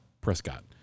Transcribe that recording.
Prescott